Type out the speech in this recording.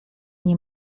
nie